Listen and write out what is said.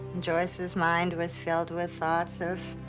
joyce's mind was filled with thoughts of